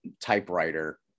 typewriter